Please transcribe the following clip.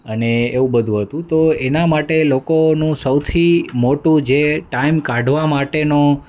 અને એવું બધું હતું તો એના માટે લોકોનું સૌથી મોટું જે ટાઈમ કાઢવા માટેનો